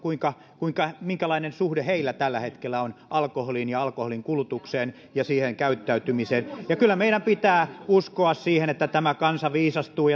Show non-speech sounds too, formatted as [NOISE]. minkälainen suhde heillä tällä hetkellä on alkoholiin ja alkoholinkulutukseen ja siihen käyttäytymiseen kyllä meidän pitää uskoa siihen että tämä kansa viisastuu [UNINTELLIGIBLE]